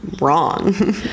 wrong